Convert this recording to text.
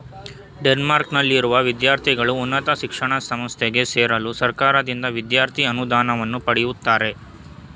ಡೆನ್ಮಾರ್ಕ್ನಲ್ಲಿರುವ ವಿದ್ಯಾರ್ಥಿಗಳು ಉನ್ನತ ಶಿಕ್ಷಣ ಸಂಸ್ಥೆಗೆ ಸೇರಲು ಸರ್ಕಾರದಿಂದ ವಿದ್ಯಾರ್ಥಿ ಅನುದಾನವನ್ನ ಪಡೆಯುತ್ತಾರೆ